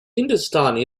hindustani